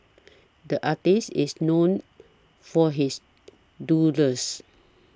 the artist is known for his doodles